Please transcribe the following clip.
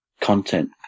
Content